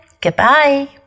goodbye